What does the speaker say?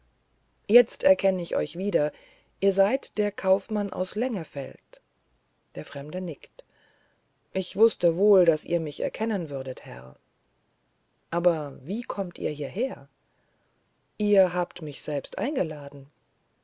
jetzt erkenn ich euch wieder ihr seid der kaufmann aus lengefeld der fremde nickt ich wußte wohl daß ihr mich erkennen würdet herr aber wie kommt ihr hier her ihr habt mich selbst eingeladen